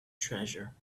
treasure